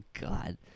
God